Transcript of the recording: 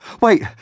wait